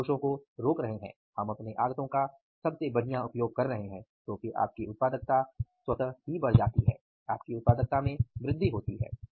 हम दोषों को रोक रहे हैं हम अपने आगतों का सबसे बढ़िया उपयोग कर रहे हैं तो फिर आपकी उत्पादकता बढ़ जाती है